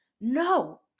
no